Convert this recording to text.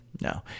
No